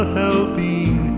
helping